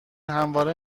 همواره